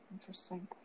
Interesting